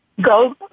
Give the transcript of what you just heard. go